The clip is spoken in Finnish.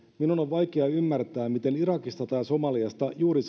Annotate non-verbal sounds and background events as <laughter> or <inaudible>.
minun on vaikea ymmärtää miten irakista tai somaliasta juuri <unintelligible>